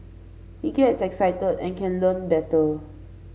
he gets excited and can learn better